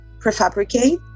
prefabricate